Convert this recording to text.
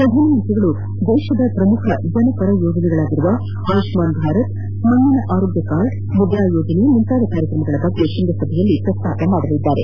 ಪ್ರಧಾನಮಂತ್ರಿಯವರು ದೇಶದ ಪ್ರಮುಖ ಜನಪರ ಯೋಜನೆಗಳಾದ ಆಯುಷ್ಮಾನ್ ಭಾರತ್ ಮಣ್ಣಿನ ಆರೋಗ್ಯ ಕಾರ್ಡ್ ಮುದ್ರಾ ಯೋಜನೆ ಮುಂತಾದ ಕಾರ್ಯಕ್ರಮಗಳ ಕುರಿತು ಶೃಂಗಸಭೆಯಲ್ಲಿ ಪ್ರಸ್ತಾಪಿಸಲಿದ್ದಾರೆ